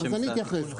אז אני אתייחס.